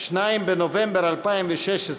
2 בנובמבר 2016,